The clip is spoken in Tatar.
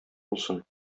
булсын